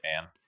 man